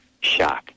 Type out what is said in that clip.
shock